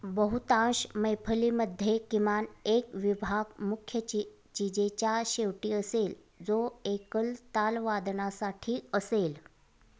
बहुतांश मैफिलीमध्ये किमान एक विभाग मुख्य चि चिजेच्या शेवटी असेल जो एकल तालवादनासाठी असेल